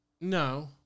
No